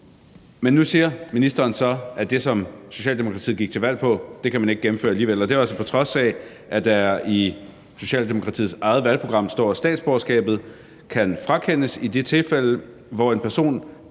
Nu siger ministeren så, at det, som Socialdemokratiet gik til valg på, kan man ikke gennemføre alligevel, og det er jo altså, på trods af at der i Socialdemokratiets eget valgprogram står: Statsborgerskabet kan frakendes i det tilfælde, hvor en person